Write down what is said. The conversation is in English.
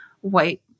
white